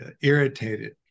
irritated